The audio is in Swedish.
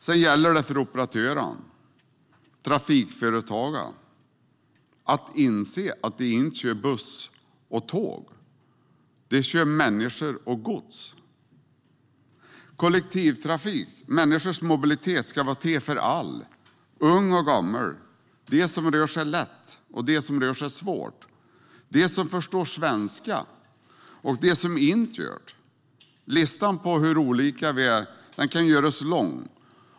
Sedan gäller det för operatörerna, trafikföretagen, att inse att de inte kör buss eller tåg, utan de kör människor och gods. Kollektivtrafik, människors mobilitet, ska vara till för alla, unga och gamla, de som rör sig lätt och de som rör sig med svårighet, de som förstår svenska och de som inte gör det. Listan på hur olika vi är kan göras lång.